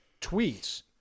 tweets